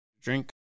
Drink